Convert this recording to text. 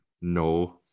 no